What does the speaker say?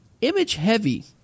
image-heavy